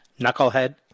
Knucklehead